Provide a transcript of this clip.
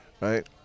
Right